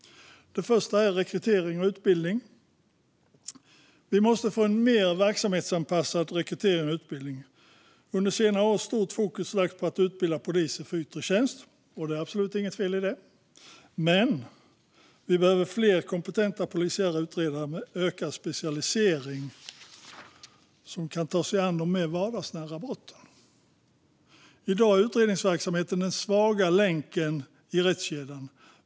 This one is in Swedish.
Den första komponenten är rekrytering och utbildning. Vi måste få en mer verksamhetsanpassad rekrytering och utbildning. Under senare år har stort fokus lagts på att utbilda poliser för yttre tjänst. Det är absolut inget fel i det, men vi behöver fler kompetenta polisiära utredare med ökad specialisering som kan ta sig an de mer vardagsnära brotten. I dag är utredningsverksamheten den svaga länken i rättskedjan.